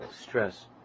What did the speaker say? stress